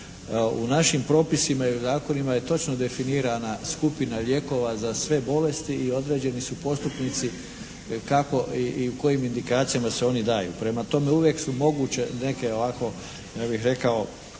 U našim propisima i zakonima je točno definirana skupina lijekova za sve bolesti i određeni su postupnici kako i kojim indikacijama se oni daju. Prema tome, uvijek su moguće neke ovako ja bih rekao